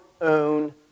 own